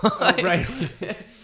right